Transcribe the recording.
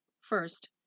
First